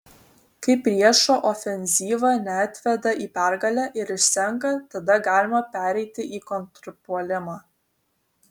kai priešo ofenzyva neatveda į pergalę ir išsenka tada galima pereiti į kontrpuolimą